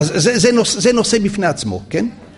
‫זה נושא בפני עצמו, כן?